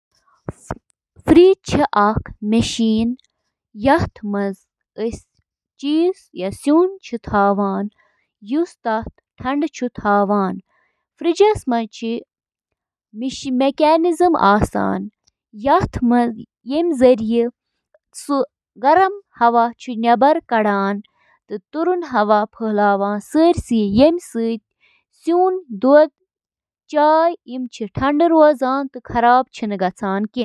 refrigerator چھِ fridge کِس أنٛدرِمِس حصہٕ پٮ۪ٹھ گرمی ہٹاونہٕ خٲطرٕ ریفریجرنٹُک بند نظام استعمال کٔرِتھ کٲم کران، یُس کھٮ۪ن تازٕ تھاوان چھُ: